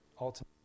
ultimately